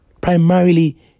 primarily